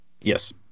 Yes